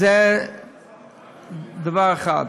אז זה דבר אחד.